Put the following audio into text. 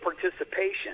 participation